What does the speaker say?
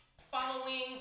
following